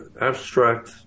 Abstract